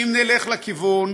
אם נלך לכיוון